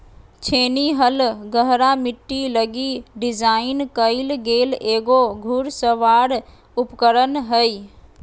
छेनी हल गहरा मिट्टी लगी डिज़ाइन कइल गेल एगो घुड़सवार उपकरण हइ